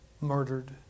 Murdered